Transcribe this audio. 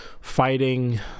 fighting